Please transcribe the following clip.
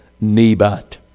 Nebat